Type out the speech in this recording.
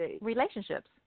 relationships